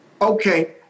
Okay